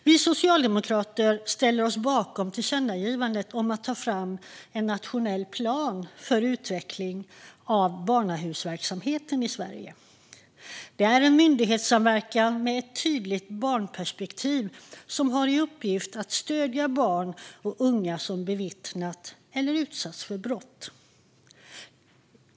Vi socialdemokrater ställer oss bakom tillkännagivandet om att ta fram en nationell plan för utveckling av barnahusverksamheten i Sverige. Det är en myndighetssamverkan med ett tydligt barnperspektiv som har i uppgift att stödja barn och unga som bevittnat eller utsatts för brott.